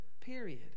Period